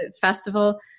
festival